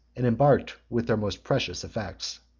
and embarked with their most precious effects.